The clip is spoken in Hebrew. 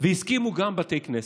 והסכימו גם בתי כנסת.